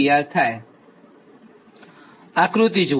આક્રૃત્તિ જુઓ